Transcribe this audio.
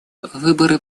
выборы